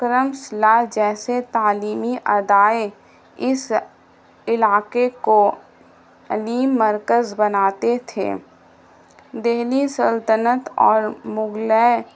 کرم شیلہ جیسے تعلیمی ادارے اس علاقے کو علم مرکز بناتے تھے دہلی سلطنت اور مغلیہ